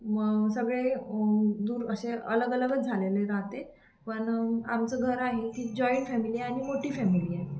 म सगळे दूर असे अलग अलगच झालेले राहते पण आमचं घरं आहे की जॉईंट फॅमिली आहे आणि मोठी फॅमिली आहे